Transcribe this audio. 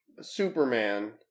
Superman